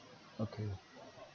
okay